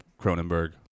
Cronenberg